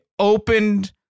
opened